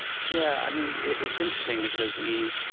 yeah, i mean, it's interesting because we